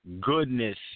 goodness